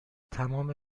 تمام